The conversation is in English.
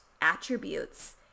attributes